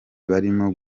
barimo